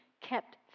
kept